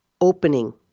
opening